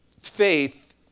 Faith